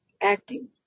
acting